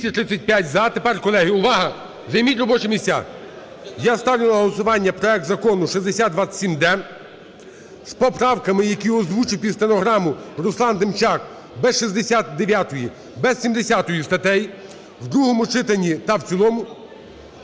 За-235 Тепер, колеги, увага, займіть робочі місця. Я ставлю на голосування проект Закону 6027-д з поправками, які озвучив під стенограму Руслан Демчак, без 69-ї, без 70-ї статей, в другому читанні та в цілому,